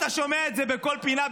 אתה שומע את זה בכל פינה,